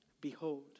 Behold